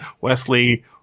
Wesley